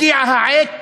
הגיעה העת